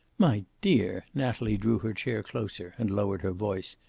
my dear! natalie drew her chair closer and lowered her voice.